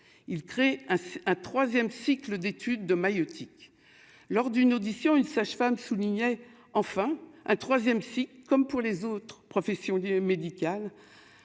il crée un 3ème cycle d'études de maïeutique lors d'une audition, une sage-femme soulignait enfin un 3ème si, comme pour les autres professions médicales